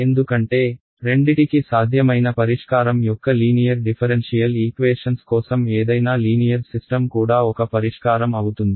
ఎందుకంటే రెండిటికి సాధ్యమైన పరిష్కారం యొక్క లీనియర్ డిఫరెన్షియల్ ఈక్వేషన్స్ కోసం ఏదైనా లీనియర్ సిస్టమ్ కూడా ఒక పరిష్కారం అవుతుంది